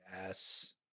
Yes